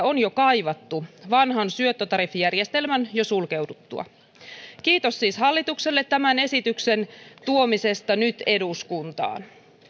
on jo kaivattu vanhan syöttötariffijärjestelmän sulkeuduttua kiitos siis hallitukselle tämän esityksen tuomisesta nyt eduskuntaan